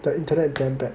the internet damn bad